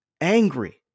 Angry